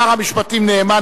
שר המשפטים נאמן,